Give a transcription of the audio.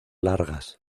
largas